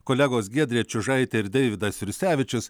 kolegos giedrė čiužaitė ir deividas jursevičius